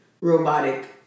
robotic